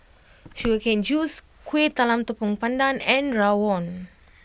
Sugar Cane Juice Kueh Talam Tepong Pandan and Rawon